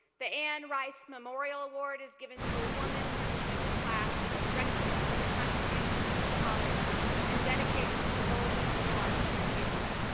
the ann rice memorial award is given to a woman from the junior class is and recognition of her contributions to the college and dedication to the goals of a liberal arts education.